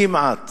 כמעט